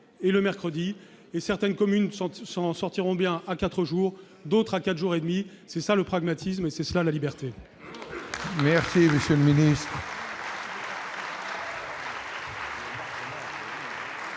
et le mercredi. Certaines communes s'en sortiront bien à 4 jours, d'autres à 4 jours et demi. C'est cela le pragmatisme, c'est cela la liberté